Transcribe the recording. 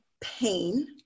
pain